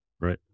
Right